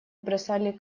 бросали